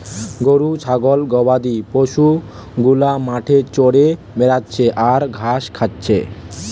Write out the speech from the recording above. গরু ছাগল গবাদি পশু গুলা মাঠে চরে বেড়াচ্ছে আর ঘাস খাচ্ছে